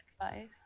advice